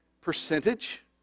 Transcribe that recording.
percentage